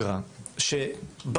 לחימוש